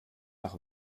nach